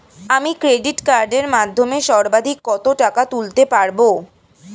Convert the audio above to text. আমি ক্রেডিট কার্ডের মাধ্যমে সর্বাধিক কত টাকা তুলতে পারব?